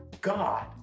God